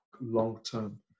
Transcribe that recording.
long-term